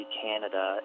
canada